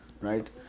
Right